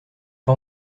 pas